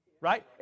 right